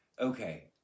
okay